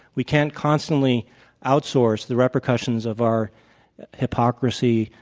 we can't constantly outsource the repercussions of our hypocrisy.